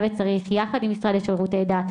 יחד עם המשרד לשירותי דת,